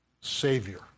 Savior